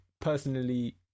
personally